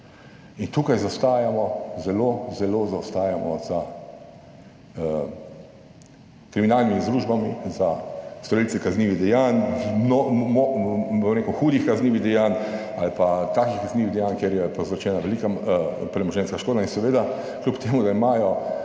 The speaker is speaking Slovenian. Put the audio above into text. zaostajamo, zelo zaostajamo za kriminalnimi združbami za storilce kaznivih dejanj, bom rekel, hudih kaznivih dejanj ali pa takih kaznivih dejanj, kjer je povzročena velika premoženjska škoda in seveda kljub temu, da imajo